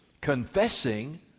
confessing